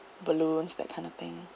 balloons that kind of thing